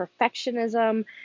perfectionism